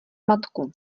matku